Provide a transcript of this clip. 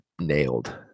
nailed